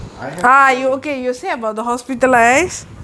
I have to tell him